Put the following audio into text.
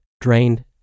drained